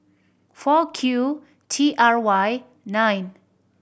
four Q T R Y nine